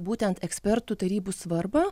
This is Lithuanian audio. būtent ekspertų tarybų svarbą